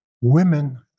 women